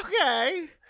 okay